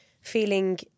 Feeling